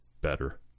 Better